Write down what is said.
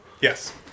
Yes